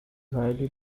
highly